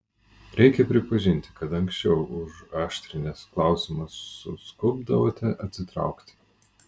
reikia pripažinti kad anksčiau užaštrinęs klausimą suskubdavote atsitraukti